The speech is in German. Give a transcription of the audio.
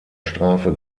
strafe